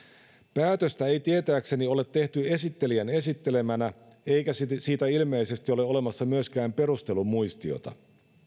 päätöstä ei tietääkseni ole tehty esittelijän esittelemänä eikä siitä ilmeisesti ole olemassa myöskään perustelumuistiota